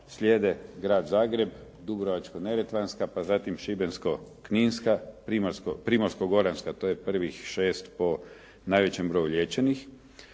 slijede Grad Zagreba, Dubrovačko-neretvanska, pa zatim Šibensko-kninska, Primorsko-goranska, to je prvih šest po najvećem broju liječenih,